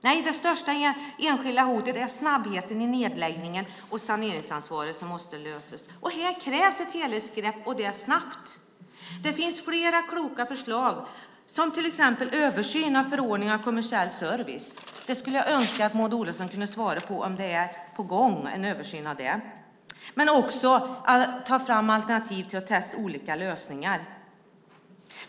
Nej, det största enskilda hotet är snabbheten i nedläggningen och saneringsansvaret, som måste lösas. Här krävs ett helhetsgrepp, och det snabbt. Det finns flera kloka förslag, till exempel översyn av förordningen om kommersiell service. Jag skulle önska att Maud Olofsson kunde svara på om det är på gång en översyn av det, men också ta fram alternativ till att testa olika lösningar.